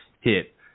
hit